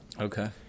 Okay